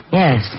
yes